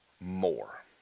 more